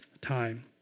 time